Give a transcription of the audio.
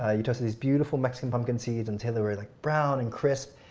ah you know so these beautiful mexican pumpkin seeds until they were like brown and crisp.